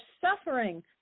suffering